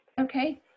Okay